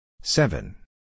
Seven